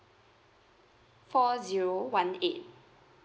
four zero one eight